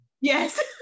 yes